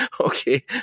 okay